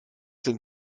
sind